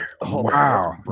Wow